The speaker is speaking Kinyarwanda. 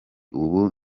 ubu